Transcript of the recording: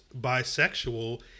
bisexual